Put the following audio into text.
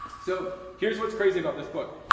so here's what's crazy about this book,